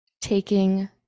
taking